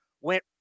went